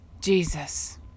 Jesus